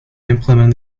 implement